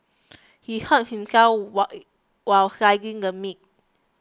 he hurt himself why while slicing the meat